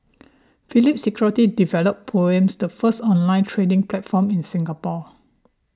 Phillip Securities developed Poems the first online trading platform in Singapore